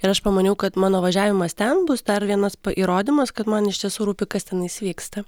ir aš pamaniau kad mano važiavimas ten bus dar vienas įrodymas kad man iš tiesų rūpi kas tenais vyksta